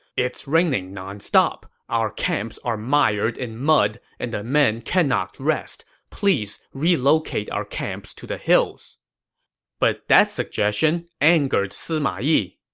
it's raining nonstop. our camps are mired in mud, and the men cannot rest. please relocate our camps to the hills but that suggestion angered sima yi.